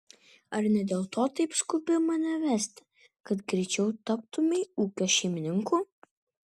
ar ne dėl to taip skubi mane vesti kad greičiau taptumei ūkio šeimininku